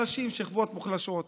אנשים משכבות מוחלשות,